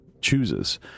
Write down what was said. chooses